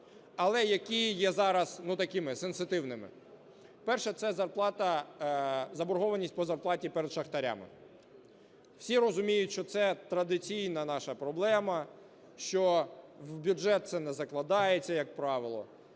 але які є зараз, ну, такими сенситивними. Перше – це зарплата, заборгованість по зарплаті перед шахтарями. Всі розуміють, що це традиційна наша проблема, що в бюджет це не закладається, як правило.